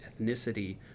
ethnicity